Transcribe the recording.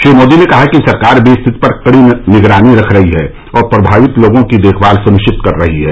श्री मोदी ने कहा कि सरकार भी स्थिति पर कड़ी निगरानी रख रही है और प्रभावित लोगों की देखभाल सुनिश्चित कर रही है